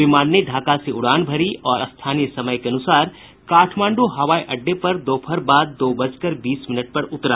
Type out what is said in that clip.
विमान ने ढाका से उड़ान भरी और स्थानीय समय के अनुसार काठमांडू हवाई अडडे पर दोपहर बाद दो बजकर बीस मिनट पर उतरा